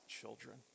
children